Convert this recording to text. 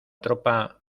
tropa